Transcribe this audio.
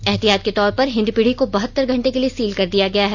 एहतियात के तौर पर हिंदपीढ़ी को बहतर घंटे के लिए सील कर दिया गया है